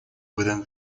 within